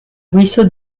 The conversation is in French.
ruisseau